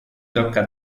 tocca